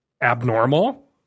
abnormal